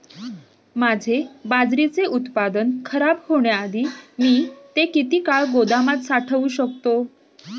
माझे बाजरीचे उत्पादन खराब होण्याआधी मी ते किती काळ गोदामात साठवू शकतो?